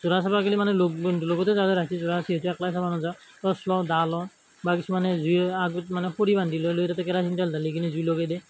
জোৰ চাব গ'লে মানে লগ বন্ধু লগতে যাওঁ আৰু ৰাতি জোৰ যিহেতু একলাই চাব নাযাওঁ টৰ্চ লওঁ দা লওঁ বা কিছুমান সেই জুই আগত মানে খৰি বান্ধি লৈ লৈ তাতে কেৰাচিন তেল ঢালিকিনে জুই লগাই দিয়ে